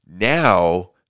now